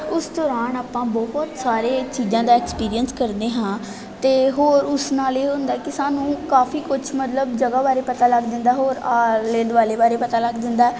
ਉਸ ਦੌਰਾਨ ਆਪਾਂ ਬਹੁਤ ਸਾਰੇ ਚੀਜ਼ਾਂ ਦਾ ਐਕਸਪੀਰੀਐਂਸ ਕਰਦੇ ਹਾਂ ਅਤੇ ਹੋਰ ਉਸ ਨਾਲ ਇਹ ਹੁੰਦਾ ਕੇ ਸਾਨੂੰ ਕਾਫ਼ੀ ਕੁਛ ਮਤਲਬ ਜਗ੍ਹਾ ਬਾਰੇ ਪਤਾ ਲੱਗ ਜਾਂਦਾ ਹੋਰ ਆਲੇ ਦੁਆਲੇ ਬਾਰੇ ਪਤਾ ਲੱਗ ਜਾਂਦਾ